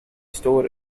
store